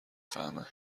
فهمه